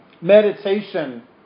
Meditation